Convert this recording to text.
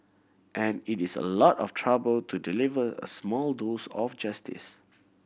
and it is a lot of trouble to deliver a small dose of justice